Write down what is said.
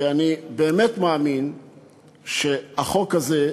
כי אני באמת מאמין שהחוק הזה,